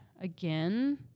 again